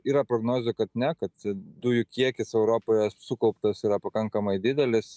yra prognozių kad ne kad dujų kiekis europoje sukauptas yra pakankamai didelis